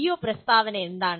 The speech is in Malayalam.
പിഒ പ്രസ്താവന എന്താണ്